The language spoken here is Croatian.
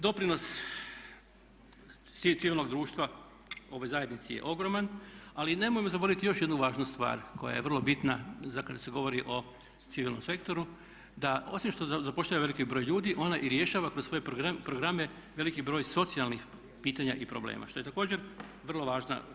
Doprinos civilnog društva ovoj zajednici je ogroman, ali nemojmo zaboraviti još jednu važnu stvar koja je vrlo bitna kad se govori o civilnom sektoru, da osim što zapošljava veliki broj ljudi ona i rješava kroz svoje programe veliki broj socijalnih pitanja i problema što je također vrlo važno.